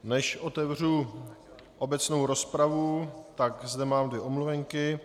Než otevřu obecnou rozpravu, mám zde dvě omluvenky.